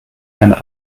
einer